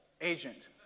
agent